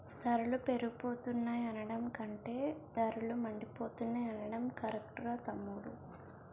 ధరలు పెరిగిపోతున్నాయి అనడం కంటే ధరలు మండిపోతున్నాయ్ అనడం కరెక్టురా తమ్ముడూ